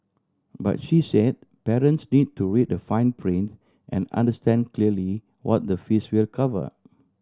but she said parents need to read the fine print and understand clearly what the fees will cover